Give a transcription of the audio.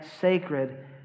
sacred